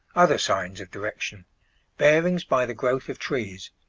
other signs of direction bearings by the growth of trees